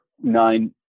nine